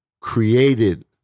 created